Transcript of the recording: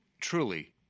truly –